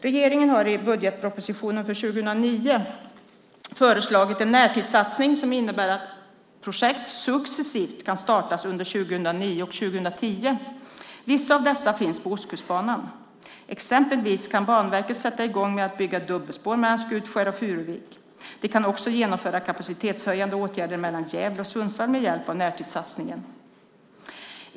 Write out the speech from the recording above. Regeringen har i budgetpropositionen för 2009 föreslagit en närtidssatsning som innebär att projekt successivt kan startas under 2009 och 2010. Vissa av dessa finns på Ostkustbanan. Exempelvis kan Banverket sätta i gång med att bygga dubbelspår mellan Skutskär och Furuvik. De kan också genomföra kapacitetshöjande åtgärder mellan Gävle och Sundsvall med hjälp av närtidssatsningen.